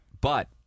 But-